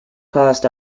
passed